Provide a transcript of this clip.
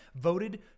voted